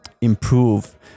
improve